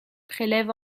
prélève